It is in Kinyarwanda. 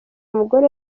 umugore